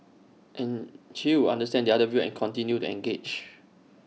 and she would understand the other view and continue to engage